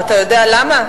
ואתה יודע למה?